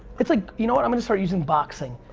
it's like, you know what, i'm gonna start using boxing.